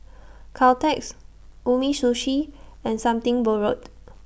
Caltex Umisushi and Something Borrowed